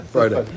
Friday